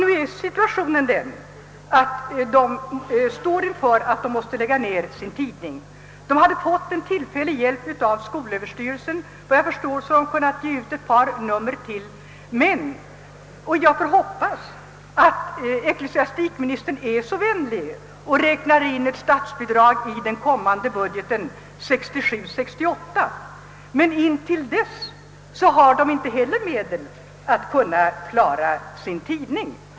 Nu står de alltså inför hotet att deras tidning skall läggas ned. De har fått en tillfällig hjälp av skolöverstyrelsen — efter vad jag förstår har de kunnat ge ut ett par nummer till. Jag hoppas att ecklesiastikministern är så vänlig att han räknar in ett statsbidrag till Sveriges dövas riksförbund i den kommande budgeten. Intill dess har förbundet emellertid inte medel för att kunna klara sin tidning.